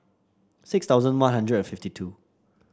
six thousand One Hundred and fifty two